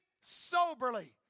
soberly